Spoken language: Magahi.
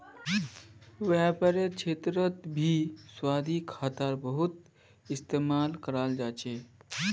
व्यापारेर क्षेत्रतभी सावधि खाता बहुत इस्तेमाल कराल जा छे